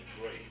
great